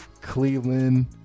Cleveland